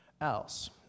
else